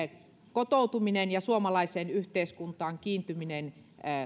kotoutuminen ja suomalaiseen yhteiskuntaan kiintyminen